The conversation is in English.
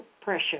pressure